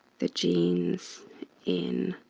the genes in